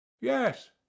Yes